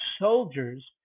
soldiers